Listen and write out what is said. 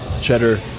cheddar